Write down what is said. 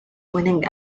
winning